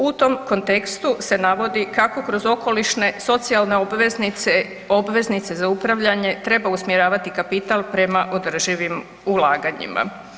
U tom kontekstu se navodi kako kroz okolišne socijalne obveznice za upravljanje treba usmjeravati kapital prema održivim ulaganjima.